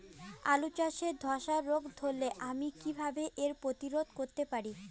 আলু চাষে ধসা রোগ ধরলে আমি কীভাবে এর প্রতিরোধ করতে পারি?